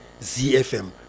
ZFM